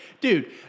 dude